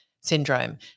syndrome